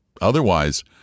otherwise